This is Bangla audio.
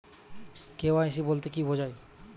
কে.ওয়াই.সি বলতে কি বোঝায়?